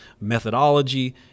methodology